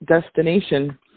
destination